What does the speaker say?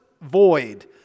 void